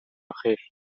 خیر